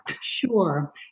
Sure